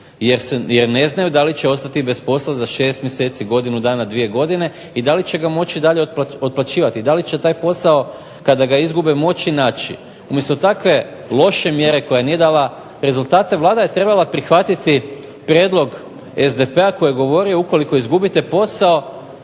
jer ne znaju da li će ostati bez posla za šest mjeseci, godinu dana, 2 godine i da li će ga moći dalje otplaćivati i da li će taj posao kada ga izgube moći naći. Umjesto takve loše mjere koja nije dala rezultate, Vlada je trebala prihvatiti prijedlog SDP-a koji je govorio ukoliko izgubite posao